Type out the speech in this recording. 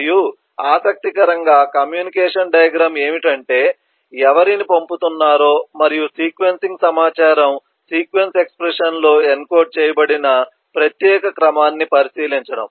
మరియు ఆసక్తికరంగా communication diagram ఏమిటంటే ఎవరిని పంపుతున్నారో మరియు సీక్వెన్సింగ్ సమాచారం సీక్వెన్స్ ఎక్స్ప్రెషన్లో ఎన్కోడ్ చేయబడిన ప్రత్యేక క్రమాన్ని పరిశీలించడం